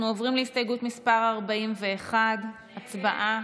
אנחנו עוברים להסתייגות מס' 41. הצבעה.